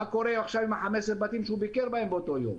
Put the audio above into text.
מה קורה עכשיו עם 15 הבתים שהוא ביקר בהם באותו יום?